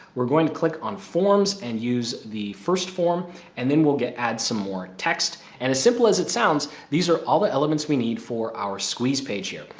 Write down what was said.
we're going to click on forms and use the first form and then we'll get add some more text. and as simple as it sounds, these are all the elements we need for our squeeze page here.